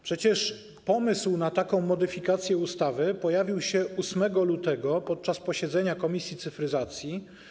Przecież pomysł na taką modyfikację ustawy pojawił się 8 lutego podczas posiedzenia komisji cyfryzacji.